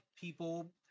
people